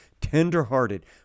tenderhearted